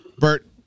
Bert